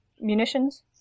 munitions